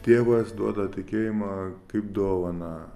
tėvas duoda tikėjimą kaip dovaną